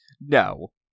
No